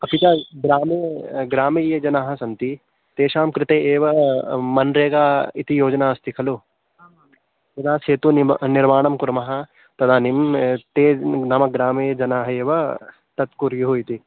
अपि च ग्रामे ग्रामे ये जनाः सन्ति तेषां कृते एव मन्रेगा इति योजना अस्ति खलु यदा सेतुं निं निर्माणं कुर्मः तदानीं ते नाम ग्रामीयजनाः एव तत् कुर्युः इति